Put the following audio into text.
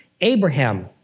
Abraham